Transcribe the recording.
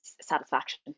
satisfaction